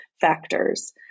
factors